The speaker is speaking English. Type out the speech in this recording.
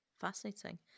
Fascinating